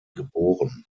geboren